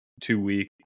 two-week